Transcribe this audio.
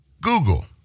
Google